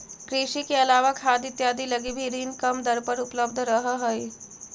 कृषि के अलावा खाद इत्यादि लगी भी ऋण कम दर पर उपलब्ध रहऽ हइ